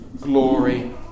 glory